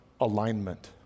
alignment